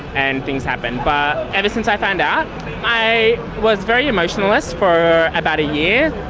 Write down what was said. and things happened. but ever since i found out i was very emotionless for about a year,